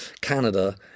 Canada